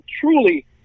truly